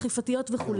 אכפתיות, וכו'.